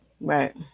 Right